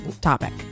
topic